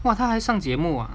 !wow! 他还上节目啊